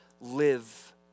live